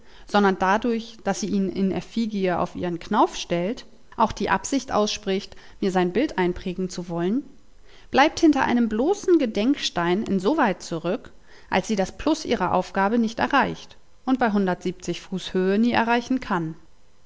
sondern dadurch daß sie ihn in effigie auf ihren knauf stellt auch die absicht ausspricht mir sein bild einprägen zu wollen bleibt hinter einem bloßen gedenkstein in so weit zurück als sie das plus ihrer aufgabe nicht erreicht und bei hundertundsiebzig fuß höhe nie erreichen kann